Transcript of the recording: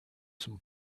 some